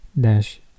dash